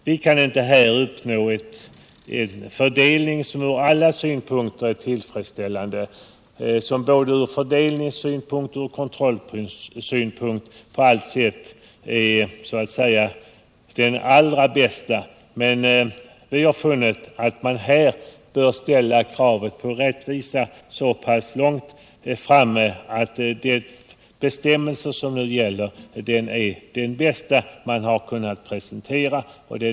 Vi kan inte göra en fördelning som ur alla synpunkter är tillfredsställande och som från såväl fördelnings som kontrollsynpunkt är perfekt, men vi har funnit att man bör ställa kravet på rättvisa ganska högt, och då är den bestämmelse som nu gäller det bästa vi kan åstadkomma.